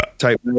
Type